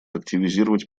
активизировать